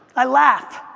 i laugh.